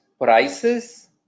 prices